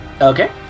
Okay